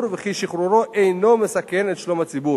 וכי שחרורו אינו מסכן את שלום הציבור".